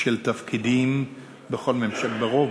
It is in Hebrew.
של תפקידים ברוב